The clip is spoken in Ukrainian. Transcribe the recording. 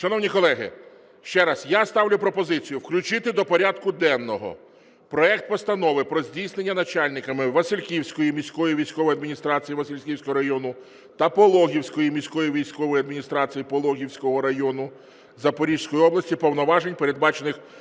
Шановні колеги, ще раз, я ставлю пропозицію включити до порядку денного проект Постанови про здійснення начальниками Василівської міської військової адміністрації Василівського району та Пологівської міської військової адміністрації Пологівського району Запорізької області повноважень, передбачених